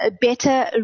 better